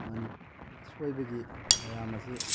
ꯑꯁꯣꯏꯕꯒꯤ ꯃꯌꯥꯝ ꯑꯁꯤ